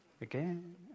again